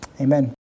Amen